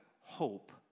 hope